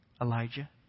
Elijah